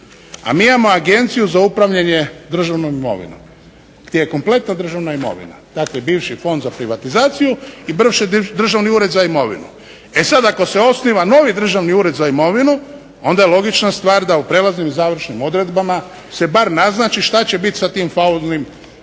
a mi imamo Agenciju za upravljanje za državnom imovinom gdje je kompletna državna imovina, dakle bivši Fond za privatizaciju i bivši Državni ured za imovinu. E sad, ako se osniva novi Državni ured za imovinu onda je logična stvar da u prelaznim i završnim odredbama se bar naznači što će biti sa tim …/Ne razumije